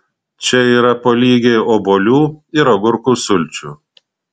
čia yra po lygiai obuolių ir agurkų sulčių